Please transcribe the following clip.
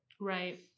Right